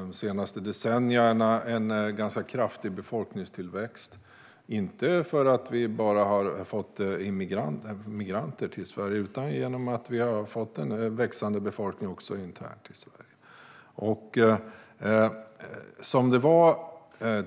de senaste decennierna haft en ganska kraftig befolkningstillväxt, inte bara för att vi har fått migranter till Sverige utan också för att vi har fått en växande befolkning internt i Sverige.